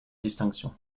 distinction